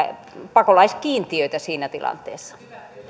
pakolaiskiintiöitä siinä tilanteessa